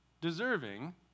deserving